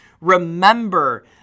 remember